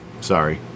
Sorry